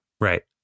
Right